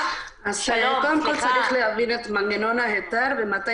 קודם כול צריך להבין את מנגנון ההיתר מתי